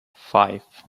five